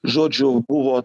žodžiu buvo